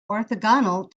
orthogonal